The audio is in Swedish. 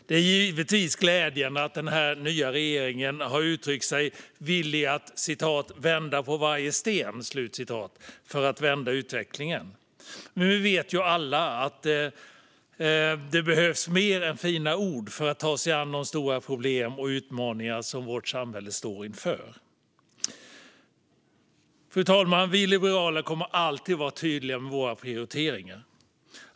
Det är givetvis glädjande att den nya regeringen har uttryckt sig villig att "vända på varje sten" för att vända utvecklingen, men vi vet ju alla att det behövs mer än fina ord för att ta sig an de stora problem och utmaningar som vårt samhälle står inför. Fru talman! Vi liberaler kommer alltid att vara tydliga med våra prioriteringar.